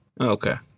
Okay